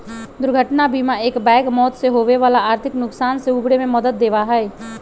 दुर्घटना बीमा एकबैग मौत से होवे वाला आर्थिक नुकसान से उबरे में मदद देवा हई